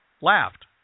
laughed